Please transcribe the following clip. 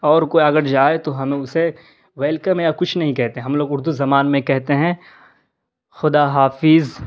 اور کوئی اگر جائے تو ہمیں اسے ویلکم یا کچھ نہیں کہتے ہم لوگ اردو زبان میں کہتے ہیں خدا حافظ